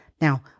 Now